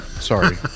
Sorry